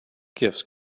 gifts